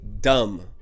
dumb